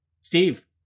steve